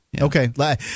Okay